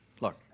Look